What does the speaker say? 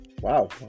Wow